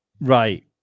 Right